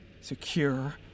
secure